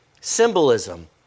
symbolism